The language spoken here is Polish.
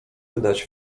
wydać